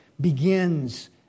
begins